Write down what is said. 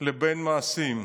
לבין מעשים.